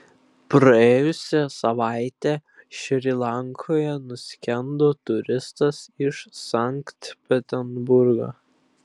praėjusią savaitę šri lankoje nuskendo turistas iš sankt peterburgo